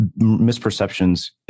misperceptions